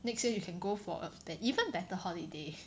next year you can go for a an even better holiday